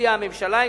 שהציעה הממשלה.